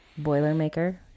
Boilermaker